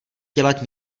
dělat